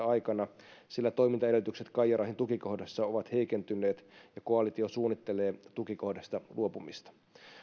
aikana sillä toimintaedellytykset qayyarahin tukikohdassa ovat heikentyneet ja koalitio suunnittelee tukikohdasta luopumista